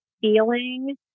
feeling